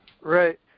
Right